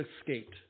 escaped